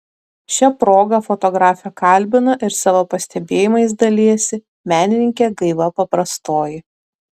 šia proga fotografę kalbina ir savo pastebėjimais dalijasi menininkė gaiva paprastoji